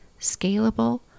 scalable